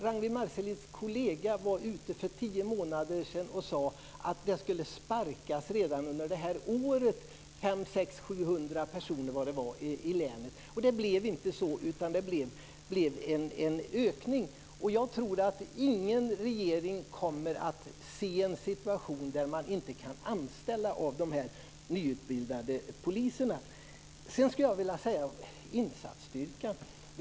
Ragnwi Marcelinds kollega sade för tio månader sedan att 500-700 personer skulle sparkas redan i år i länet. Det blev inte så. Det blev en ökning. Jag tror inte att någon regering kommer att se en situation där det inte går att anställa de nyutbildade poliserna. Sedan var det insatsstyrkan.